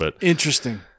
Interesting